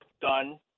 done